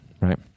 right